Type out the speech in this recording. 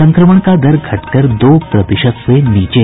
संक्रमण का दर घट कर दो प्रतिशत से नीचे